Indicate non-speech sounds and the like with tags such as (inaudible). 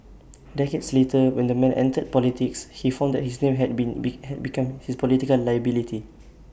decades later when the man entered politics he found that his name had been be (unintelligible) had become his political liability